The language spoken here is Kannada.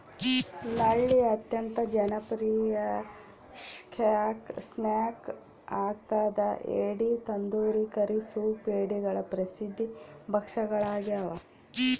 ನಳ್ಳಿ ಅತ್ಯಂತ ಜನಪ್ರಿಯ ಸ್ನ್ಯಾಕ್ ಆಗ್ಯದ ಏಡಿ ತಂದೂರಿ ಕರಿ ಸೂಪ್ ಏಡಿಗಳ ಪ್ರಸಿದ್ಧ ಭಕ್ಷ್ಯಗಳಾಗ್ಯವ